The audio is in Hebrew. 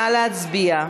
נא להצביע.